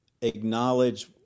acknowledge